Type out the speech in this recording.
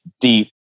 deep